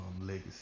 legacy